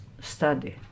study